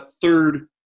third